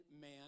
man